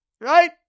Right